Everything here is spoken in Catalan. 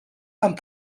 amb